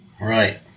Right